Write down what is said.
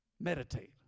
Meditate